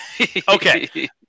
Okay